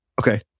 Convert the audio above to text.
okay